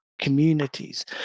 communities